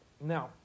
Now